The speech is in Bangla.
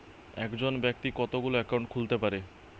একজন ব্যাক্তি কতগুলো অ্যাকাউন্ট খুলতে পারে?